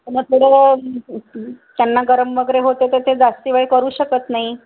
मग थोडं त्यांना गरम वगैरे होते तर ते जास्ती वेळ करू शकत नाही